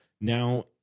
now